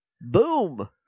boom